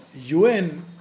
UN